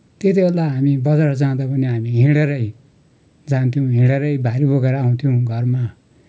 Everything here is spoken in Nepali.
त्यति बेला हामी बजार जाँदा पनि हामी हिँडेरै जान्थ्यौँ हिँडेरै भारी बोकेर आउँथ्यौँ घरमा